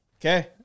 okay